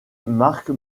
marc